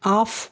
off